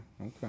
okay